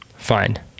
Fine